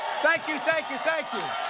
thank you, thank you, thank you.